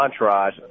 Entourage